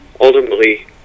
ultimately